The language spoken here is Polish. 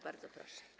Bardzo proszę.